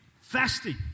fasting